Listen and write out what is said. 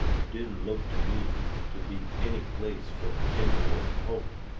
it didn't look to me to be any place fur a gentle old poet.